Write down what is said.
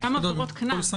גם עבירות קנס,